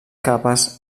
capes